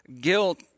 guilt